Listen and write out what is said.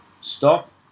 Stop